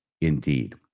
indeed